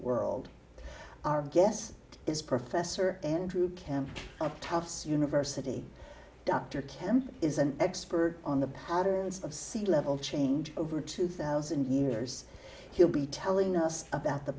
world our guest is professor andrew camp at tufts university dr kemp is an expert on the patterns of sea level change over two thousand years he'll be telling us about the